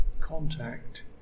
contact